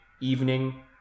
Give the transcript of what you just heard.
evening